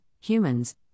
humans